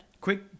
Quick